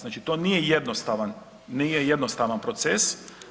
Znači to nije jednostavan, nije jednostavan proces.